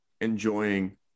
Enjoying